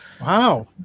wow